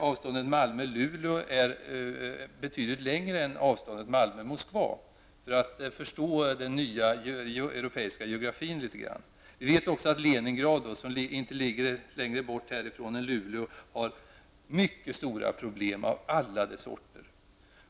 Avståndet Malmö--Luleå är betydligt större än avståndet Malmö--Moskva -- detta för att förstå den nya europeiska geografin. Vi vet att Leningrad, som inte ligger längre bort härifrån än Luleå, har mycket stora problem av alla de sorter.